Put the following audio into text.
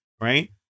right